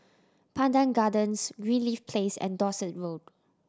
Pandan Gardens Greenleaf Place and Dorset Road